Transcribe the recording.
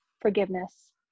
forgiveness